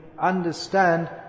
understand